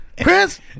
Prince